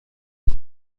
wyt